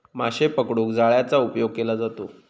माशे पकडूक जाळ्याचा उपयोग केलो जाता